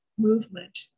movement